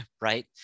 Right